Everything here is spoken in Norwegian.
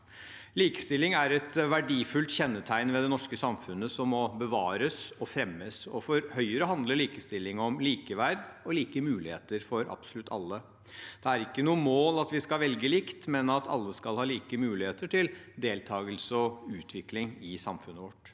Likestilling er et verdifullt kjennetegn ved det norske samfunnet som må bevares og fremmes, og for Høyre handler likestilling om likeverd og like muligheter for absolutt alle. Det er ikke noe mål at vi skal velge likt, men at alle skal ha like muligheter til deltakelse og utvikling i samfunnet vårt.